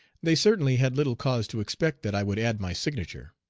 they certainly had little cause to expect that i would add my signature.